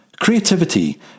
Creativity